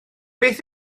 beth